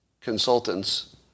consultants